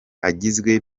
agizwe